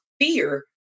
fear